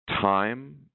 time